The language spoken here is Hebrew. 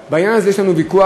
בעניין הזה יש לנו ויכוח.